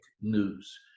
news